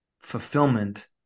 fulfillment